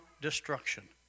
destruction